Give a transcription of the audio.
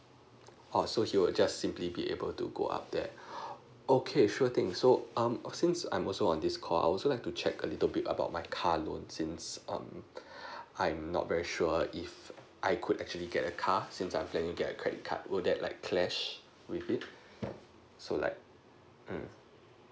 oo so she would just simply be able to go up there okay sure thing so um since I'm also on this call I also would like to check a little bit about my car loans since um I'm not very sure if I could actually get a car since I'm planning to get a credit card will that like clash with it so like mm